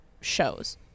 shows